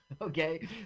Okay